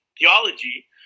theology